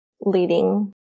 leading